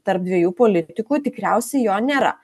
tarp dviejų politikų tikriausiai jo nėra